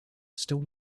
still